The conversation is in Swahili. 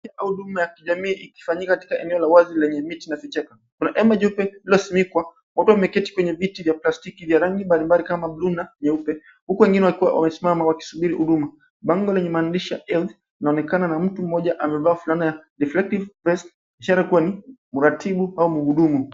Hii ni huduma ya kijamii ikifanyika katika eneo la wazi lenye miti na vichaka. Kuna hema jeupe lililofunikwa. Watu wameketi kwenye viti vya plastiki vya rangi mbalimbali kama buluu na nyeupe, huku wengine wakiwa wamesimama wakisubiri huduma. Bango lenye maandishi ya health linaonekana na mtu mmoja amevaa fulana ya reflective vest ishara kuwa ni mratibu au mhudumu.